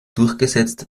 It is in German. durchgesetzt